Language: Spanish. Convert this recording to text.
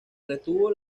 retuvo